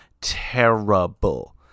terrible